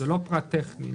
זה לא פרט טכני.